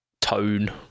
tone